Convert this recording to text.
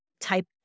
type